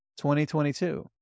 2022